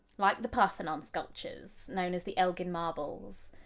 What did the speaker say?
like the parthenon sculptures known as the elgin marbles.